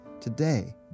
Today